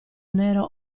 nero